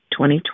2020